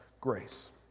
grace